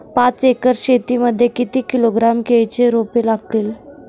पाच एकर शेती मध्ये किती किलोग्रॅम केळीची रोपे लागतील?